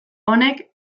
honek